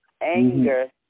anger